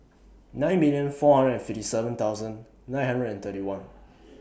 Night million four hundred fifty seven thousand Night hundred and thirty one